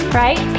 right